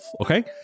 okay